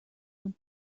und